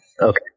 Okay